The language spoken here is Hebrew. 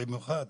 במיוחד